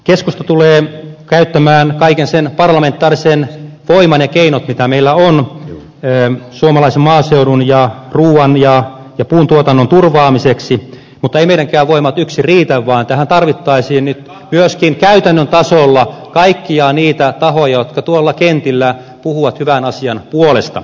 keskusta tulee käyttämään kaiken sen parlamentaarisen voiman ja keinot mitä meillä on suomalaisen maaseudun ja ruuan ja puuntuotannon turvaamiseksi mutta eivät meidänkään voimamme yksin riitä vaan tähän tarvittaisiin nyt myöskin käytännön tasolla kaikkia niitä tahoja jotka tuolla kentillä puhuvat hyvän asian puolesta